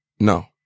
no